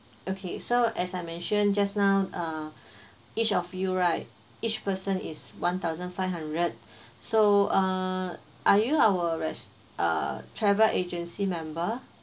okay so as I mentioned just now uh each of you right each person is one thousand five hundred so uh are you our rest~ uh travel agency member